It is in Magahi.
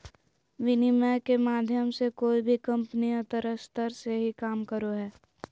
विनिमय के माध्यम मे कोय भी कम्पनी अपन स्तर से ही काम करो हय